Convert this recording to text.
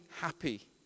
happy